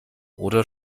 oder